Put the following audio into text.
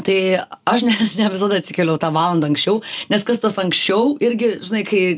tai aš ne ne visada atsikeliu tą valandą anksčiau nes kas tas anksčiau irgi žinai kai